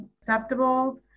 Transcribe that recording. acceptable